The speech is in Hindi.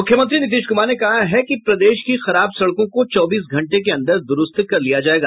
मुख्यमंत्री नीतीश कुमार ने कहा है कि प्रदेश की खराब सड़कों को चौबीस घंटे के अंदर दुरूस्त कर लिया जायेगा